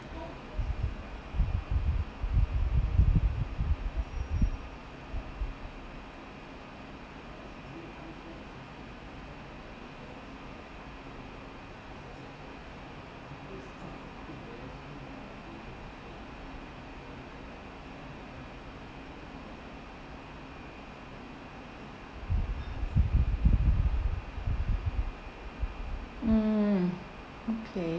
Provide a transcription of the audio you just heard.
mm okay